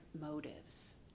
motives